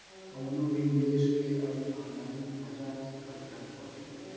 कवनो भी निवेश के अब ऑनलाइन भजा सकल जात बाटे